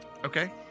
Okay